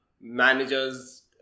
managers